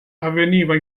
avveniva